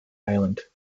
island